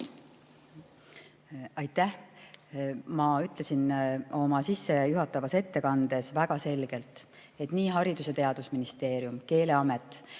Aitäh! Ma ütlesin oma sissejuhatavas ettekandes väga selgelt, et nii Haridus- ja Teadusministeerium, Keeleamet